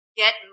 get